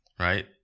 right